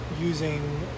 using